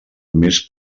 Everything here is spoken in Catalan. més